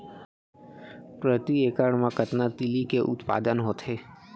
प्रति एकड़ मा कतना तिलि के उत्पादन होथे?